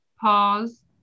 pause